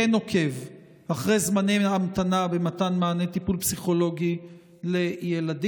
כן עוקב אחרי זמני ההמתנה במתן מענה טיפול פסיכולוגי לילדים?